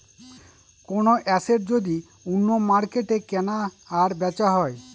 কোনো এসেট যদি অন্য মার্কেটে কেনা আর বেচা হয়